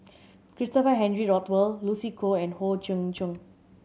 Christopher Henry Rothwell Lucy Koh and Howe Yoon Chong